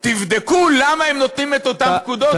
תבדקו למה הם נותנים את אותן פקודות,